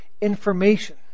information